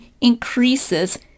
increases